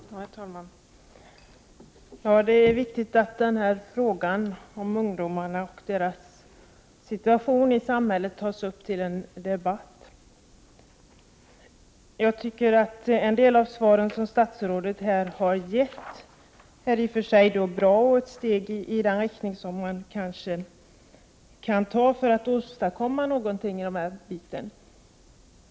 Herr talman! Det är viktigt att frågan om ungdomarna och deras situation i samhället tas upp till en debatt. Jag tycker att en del av de svar som statsrådet här har givit i och för sig är bra och ett steg i den riktning som man kan ta för att åstadkomma någonting på detta område.